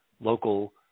local